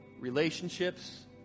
relationships